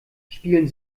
spielen